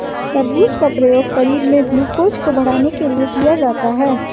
तरबूज का प्रयोग शरीर में ग्लूकोज़ को बढ़ाने के लिए किया जाता है